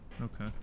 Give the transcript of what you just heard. Okay